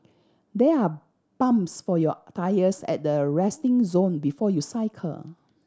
there are pumps for your tyres at the resting zone before you cycle